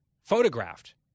photographed